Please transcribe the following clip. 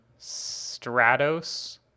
stratos